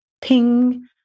ping